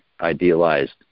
idealized